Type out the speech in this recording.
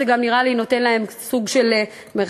נראה לי שזה גם נותן להם סוג של מרחב